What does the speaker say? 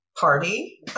party